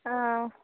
ಹಾಂ